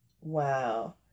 Wow